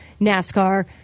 NASCAR